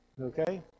Okay